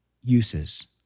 uses